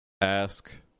Ask